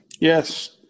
Yes